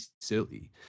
silly